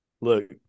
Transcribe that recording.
look